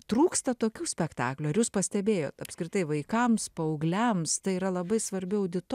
trūksta tokių spektaklių ar jūs pastebėjot apskritai vaikams paaugliams tai yra labai svarbi audito